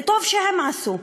וטוב הם עשו,